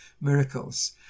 miracles